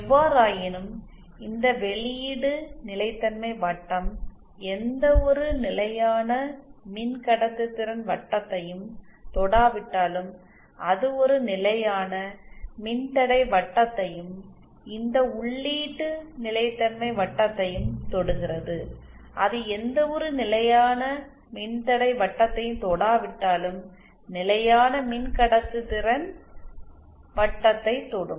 எவ்வாறாயினும் இந்த வெளியீடு நிலைத்தன்மை வட்டம் எந்தவொரு நிலையான மின்கடத்துதிறன் வட்டத்தையும் தொடாவிட்டாலும் அது ஒரு நிலையான மின்தடை வட்டத்தையும் இந்த உள்ளீட்டு நிலைத்தன்மை வட்டத்தையும் தொடுகிறது அது எந்தவொரு நிலையான மின்தடை வட்டத்தையும் தொடாவிட்டாலும் நிலையான மின்கடத்துதிறன் வட்டத்தைத் தொடும்